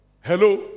Hello